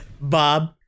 Bob